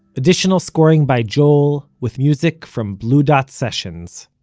additional scoring by joel with music from blue dot sessions.